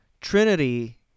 Trinity